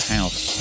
House